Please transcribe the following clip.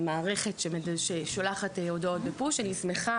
המערכת ששולחת הודעות ב-push אני שמחה